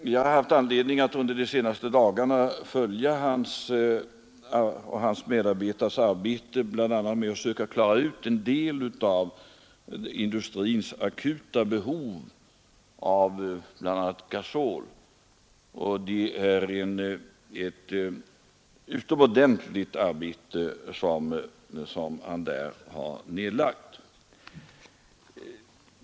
Vi har haft anledning att under de senaste dagarna följa hans och hans medarbetares arbete med att söka klara ut en del av industrins akuta behov av bl.a. gasol, och det är ett utomordentligt arbete som han där har nedlagt.